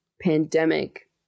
pandemic